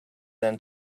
than